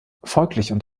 folglich